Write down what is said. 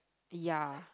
ya